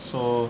so